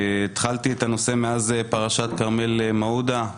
התחלתי את הנושא מאז פרשת כרמל מעודה,